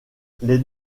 les